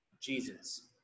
Jesus